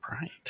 right